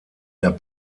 der